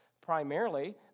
primarily